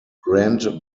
grand